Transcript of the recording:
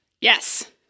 Yes